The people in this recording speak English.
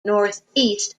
northeast